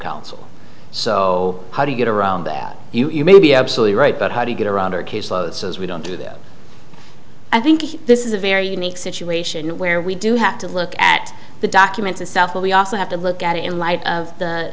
counsel so how do you get around that you may be absolutely right but how do you get around her case loads as we don't do that i think this is a very unique situation where we do have to look at the document itself but we also have to look at it in light of the